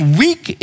weak